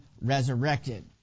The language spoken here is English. resurrected